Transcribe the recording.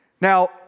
Now